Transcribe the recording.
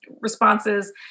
responses